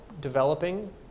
developing